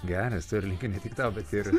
geras to linkiu ne tik tau bet ir